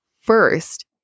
First